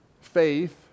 faith